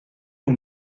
aux